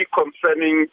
concerning